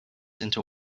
into